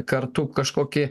kartu kažkokį